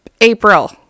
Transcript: april